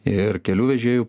ir kelių vežėjų